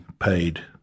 paid